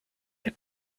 the